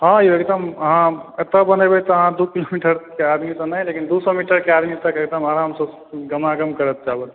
हॅं यौ एकदम अहाँ एतय बनेबैय तऽ अहाँ दू तीन मीटर आदमी तऽ नहि लेकिन दू सौ मीटर के आदमी तक आराम सॅं गमागम करत चावल